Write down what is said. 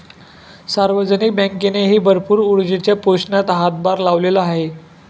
सार्वजनिक बँकेनेही भरपूर ऊर्जेच्या पोषणात हातभार लावलेला आहे